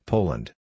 Poland